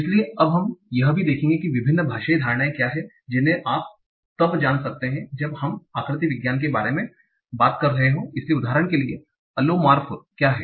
इसलिए अब हम यह भी देखेंगे कि विभिन्न भाषाई धारणाएँ क्या हैं जिन्हें आप तब जान सकते हैं जब हम आकृति विज्ञान के बारे में बात कर रहे हों इसलिए उदाहरण के लिए अलोमॉर्फ क्या हैं